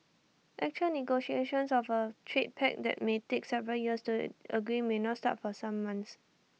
actual negotiations of A trade pact that may take several years to agree may not start for some months